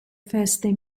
feste